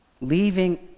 leaving